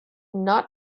not